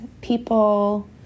people